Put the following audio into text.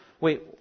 Wait